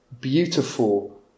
beautiful